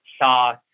sauce